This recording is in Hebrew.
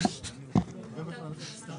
בנוסף לתוכניות